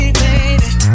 baby